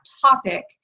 topic